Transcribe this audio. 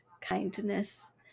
kindness